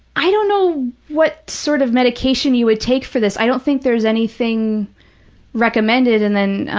i don't know what sort of medication you would take for this. i don't think there's anything recommended. and then,